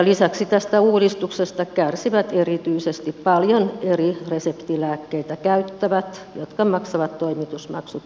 lisäksi tästä uudistuksesta kärsivät erityisesti paljon eri reseptilääkkeitä käyttävät jotka maksavat toimitusmaksut kustakin lääkkeestä